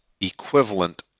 equivalent